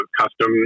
custom